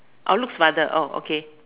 oh Luke's mother oh okay